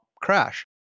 crash